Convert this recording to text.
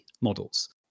models